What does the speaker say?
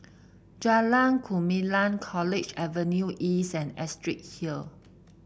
Jalan Gumilang College Avenue East and Astrid Hill